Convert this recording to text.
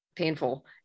Painful